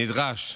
שנדרש,